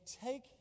take